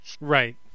Right